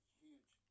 huge